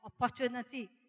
opportunity